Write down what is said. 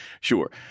sure